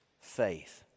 faith